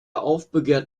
aufbegehrt